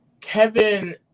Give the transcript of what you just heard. Kevin